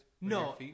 No